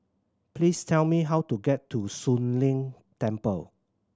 please tell me how to get to Soon Leng Temple